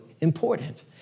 important